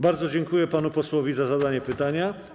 Bardzo dziękuję panu posłowi za zadanie pytania.